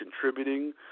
contributing